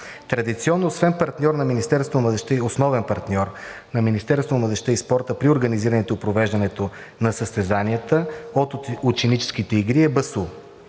Традиционно основен партньор на Министерството на младежта и спорта при организирането и провеждането на състезанията от ученическите игри е БАСУ.